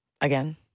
Again